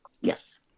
Yes